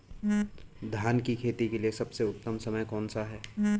धान की खेती के लिए सबसे उत्तम समय कौनसा है?